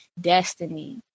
destiny